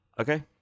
Okay